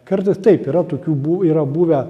kartais taip yra tokių bū yra buvę